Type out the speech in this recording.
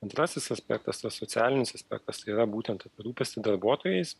antrasis aspektas tas socialinis aspektas yra būtent apie rūpestį darbuotojais